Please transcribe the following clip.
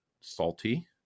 salty